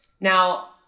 Now